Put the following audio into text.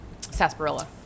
sarsaparilla